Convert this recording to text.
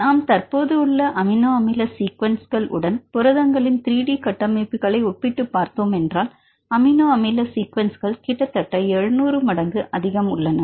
நாம் தற்போது உள்ள அமினோ அமில சீக்வென்ஸ்கள் உடன் புரதங்களின் 3 D கட்டமைப்புகளை ஒப்பிட்டு பார்த்தோமென்றால் அமினோ அமில சீக்வென்ஸ்கள் கிட்டத்தட்ட 700 மடங்கு அதிகம் உள்ளன